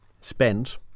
spent